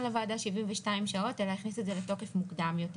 לוועדה 72 שעות אלא הכניס את זה לתוקף מוקדם יותר.